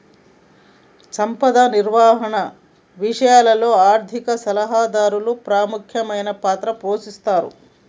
సంపద నిర్వహణ విషయంలో ఆర్థిక సలహాదారు ముఖ్యమైన పాత్ర పోషిస్తరు